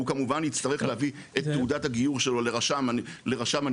הוא כמובן יצטרך להביא את תעודת הגיור שלו לרשם הנישואים,